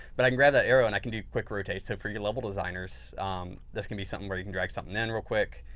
but i can grab that arrow and i can do quick rotates. so, for your level designers this can be something where you can drag something in real quick.